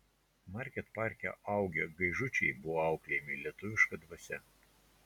market parke augę gaižučiai buvo auklėjami lietuviška dvasia